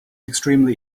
extremely